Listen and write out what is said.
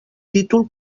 títol